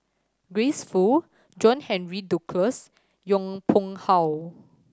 Grace Fu John Henry Duclos Yong Pung How